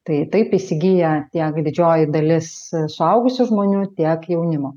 tai taip įsigija tiek didžioji dalis suaugusių žmonių tiek jaunimo